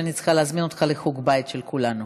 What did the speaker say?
שאני צריכה להזמין אותך לחוג בית של כולנו.